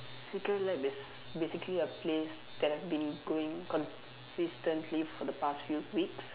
secret lab is basically a place that I've been growing consistently for the past few weeks